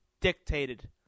dictated